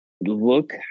look